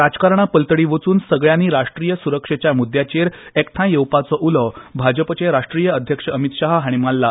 राजकारणा पलतडी वचून सगल्यानी राश्ट्रीय सुरक्षेच्या म्द्द्याचेर एकठाय येवपाचो उलो भाजप राश्ट्रीय अध्यक्ष अमित शाह हाणी मारला